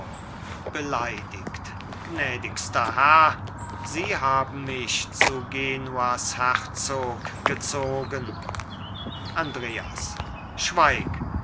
beleidigt gnädigster herr sie haben mich zu genuas herzog gezogen andreas schweig